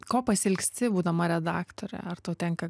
ko pasiilgsti būdama redaktore ar tau tenka